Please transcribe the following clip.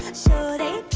so they